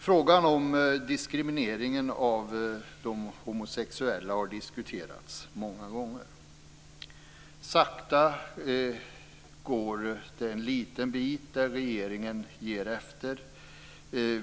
Frågan om diskriminering av homosexuella har diskuterats många gånger. Sakta ger regeringen efter.